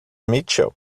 mitchell